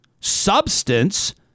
substance